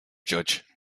judge